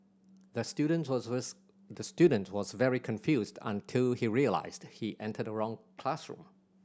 the student was the student was very confused until he realised he entered the wrong classroom